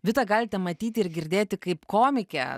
vitą galite matyti ir girdėti kaip komikę